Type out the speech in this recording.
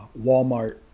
walmart